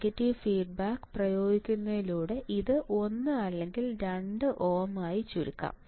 negative feedback പ്രയോഗിക്കുന്നതിലൂടെ ഇത് 1 അല്ലെങ്കിൽ 2 ഓം ആയി ചുരുക്കാം